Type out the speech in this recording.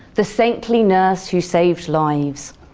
the saintly nurse who saved lives.